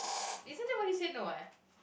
isn't that what you said no eh